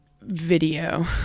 video